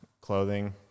clothing